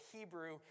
Hebrew